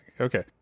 okay